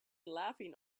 laughing